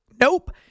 Nope